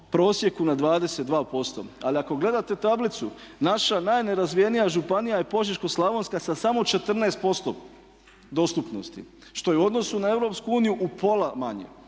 prosjeku na 22% ali ako gledate tablicu naša najnerazvijenija županija je Požeško-slavonska sa samo 14% dostupnosti, što je u odnosu na EU upola manje.